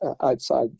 outside